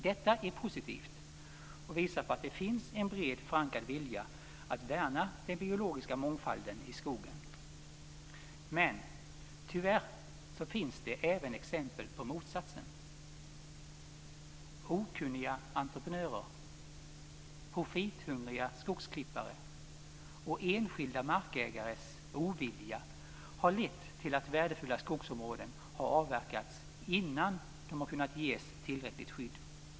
Detta är positivt och visar på att det finns en bred förankrad vilja att värna den biologiska mångfalden i skogen. Men tyvärr finns det även exempel på motsatsen. Okunniga entreprenörer, profithungriga skogsklippare och enskilda markägares ovilja har lett till att värdefulla skogsområden har avverkats innan de har kunnat ges tillräckligt skydd.